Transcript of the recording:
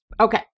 Okay